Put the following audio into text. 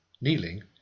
kneeling